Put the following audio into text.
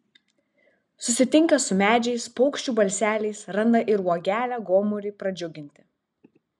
susitinka su medžiais paukščių balseliais randa ir uogelę gomuriui pradžiuginti